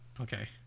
Okay